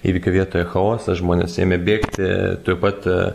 įvykio vietoje chaosas žmonės ėmė bėgti tuoj pat